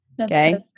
Okay